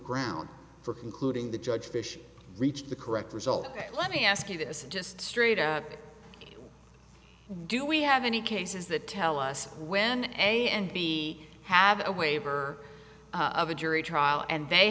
ground for concluding the judge fish reached the correct result let me ask you this just straight out do we have any cases that tell us when an a and b have a waiver of a jury trial and they